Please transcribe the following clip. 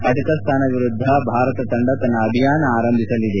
Kazakhstan ವಿರುದ್ದ ಭಾರತ ತಂಡ ತನ್ನ ಅಭಿಯಾನ ಆರಂಭಿಸಲಿದೆ